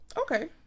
Okay